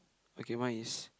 okay mine is